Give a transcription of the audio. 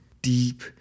Deep